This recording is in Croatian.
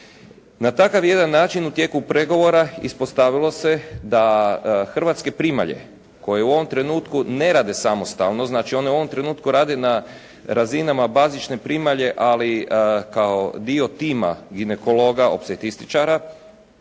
Na takav jedan način u tijeku pregovora ispostavilo se da hrvatske primalje koje u ovom trenutku ne rade samostalno, znači one u ovom trenutku rade na razinama bazične primalje, ali kao dio tima ginekologa opstetričar